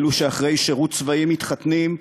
אלו שאחרי שירות צבאי מתחתנים,